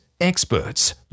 experts